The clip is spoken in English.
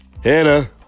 Hannah